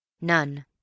None